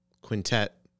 quintet